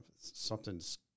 something's